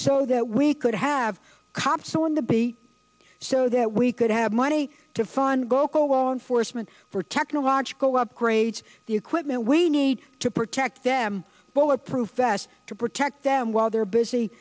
so that we could have cops on the baby so that we could have money to fund go call law enforcement for technological upgrades the equipment we need to protect them bulletproof vests to protect them while they're busy